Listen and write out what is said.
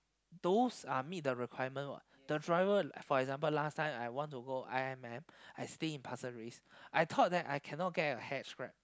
those are meet the requirement what the driver for example last time I want to go i_m_m I stay in pasir-ris I thought I cannot get a hitch grab